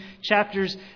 chapters